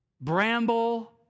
bramble